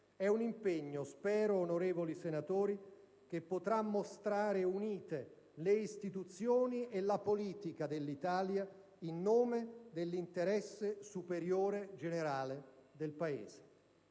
È un impegno - spero, onorevoli senatori - che potrà mostrare unite le istituzioni e la politica dell'Italia, in nome dell'interesse superiore generale del Paese.